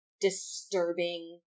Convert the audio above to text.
disturbing